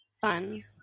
Fun